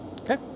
Okay